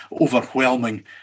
overwhelming